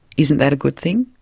isn't that a good thing?